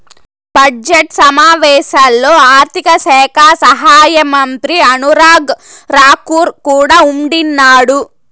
budget సమావేశాల్లో ఆర్థిక శాఖ సహాయమంత్రి అనురాగ్ రాకూర్ కూడా ఉండిన్నాడు